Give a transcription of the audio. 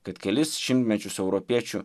kad kelis šimtmečius europiečių